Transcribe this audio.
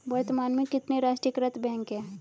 वर्तमान में कितने राष्ट्रीयकृत बैंक है?